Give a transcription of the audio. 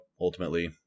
ultimately